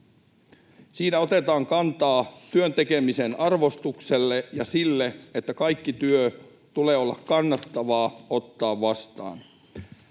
Siinä otetaan kantaa työn tekemisen arvostukseen ja siihen, että kaiken työn tulee olla kannattavaa ottaa vastaan.